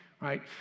right